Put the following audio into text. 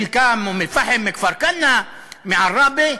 חלקם מאום-אלפחם, מכפר-כנא, מעראבה: